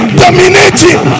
dominating